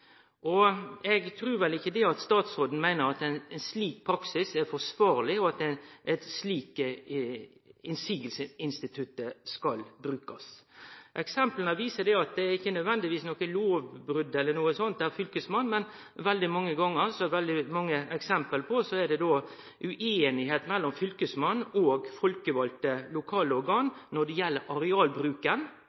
Eg trur ikkje at statsråden meiner at ein slik praksis er forsvarleg og at det er slik motsegnsinstituttet skal brukast. Eksempla viser at det ikkje nødvendigvis er lovbrot eller noko slikt der Fylkesmannen er inne, men veldig mange gonger, og som det er veldig mange eksempel på, er det ueinigheit mellom Fylkesmannen og folkevalde lokale organ når det gjeld arealbruken.